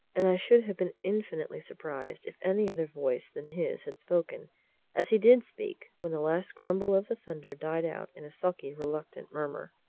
and i should have been infinitely surprised if any other voice than his had spoken as he did speak when the last grumble of the thunder died out in a sulky, reluctant murmur.